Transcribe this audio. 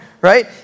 right